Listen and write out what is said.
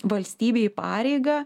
valstybei pareigą